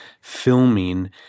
filming